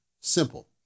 Simple